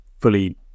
fully